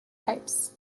types